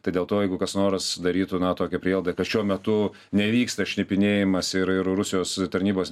tai dėl to jeigu kas nors darytų na tokią prielaidą kad šiuo metu nevyksta šnipinėjimas ir ir rusijos tarnybos